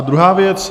Druhá věc.